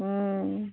हूँ